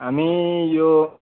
हामी यो